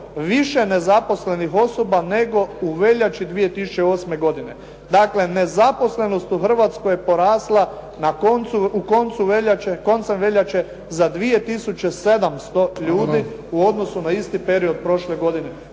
više nezaposlenih osoba nego u veljači 2008. godine. Dakle, nezaposlenost u Hrvatskoj je porasla na koncem veljače za 2 tisuće 700 ljudi u odnosu na isti period prošle godine.